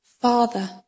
Father